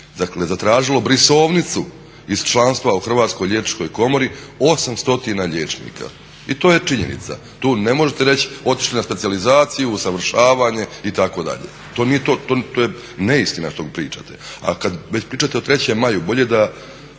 dakle zatražilo brisovnicu iz članstva u Hrvatskoj liječničkoj komori 800 liječnika. I to je činjenica, tu ne možete reći otišli na specijalizaciju, usavršavanje itd. To je neistina što pričate. A kad već pričate o 3. maju, bolje da